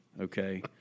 okay